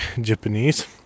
japanese